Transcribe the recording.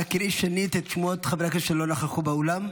אנא קראי שנית את שמות חברי הכנסת שלא נכחו באולם.